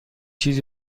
چیزی